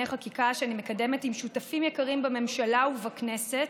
חקיקה שאני מקדמת עם שותפים יקרים בממשלה ובכנסת,